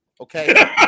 Okay